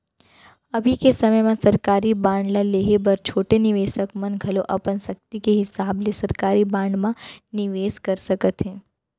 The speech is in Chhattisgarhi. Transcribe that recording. अभी के समे म सरकारी बांड ल लेहे बर छोटे निवेसक मन घलौ अपन सक्ति के हिसाब ले सरकारी बांड म निवेस कर सकत हें